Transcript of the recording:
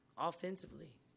offensively